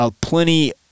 plenty